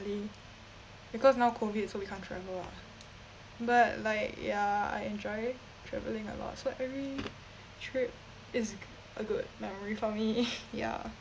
because now COVID so we can't travel lah but like ya I enjoy traveling a lot so every trip is a good memory for me ya